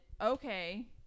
okay